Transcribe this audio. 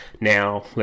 now